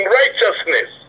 righteousness